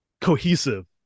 cohesive